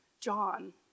John